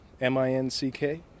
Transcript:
M-I-N-C-K